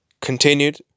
Continued